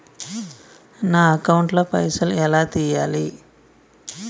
నా అకౌంట్ ల పైసల్ ఎలా తీయాలి?